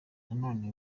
none